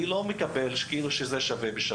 אני לא מקבל את זה שהאחריות היא של כולם באופן שווה.